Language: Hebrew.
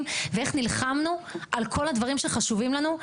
ואיך נלחמנו על כל הדברים שחשובים לנו,